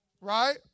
Right